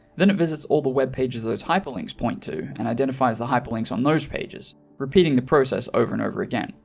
then it visits all the web pages those hyperlinks point to and identifies the hyperlinks on those pages repeating the process over and over again.